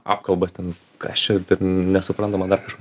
apkalbas ten kas čia nesuprantama dar kažką